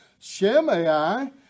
Shemai